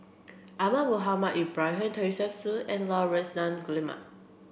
Ahmad Mohamed Ibrahim Teresa Hsu and Laurence Nunns Guillemard